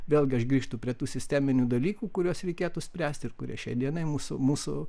vėlgi aš grįžtu prie tų sisteminių dalykų kuriuos reikėtų spręsti ir kurie šiai dienai mūsų mūsų